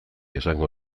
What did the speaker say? esango